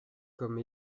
comme